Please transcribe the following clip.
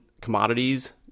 commodities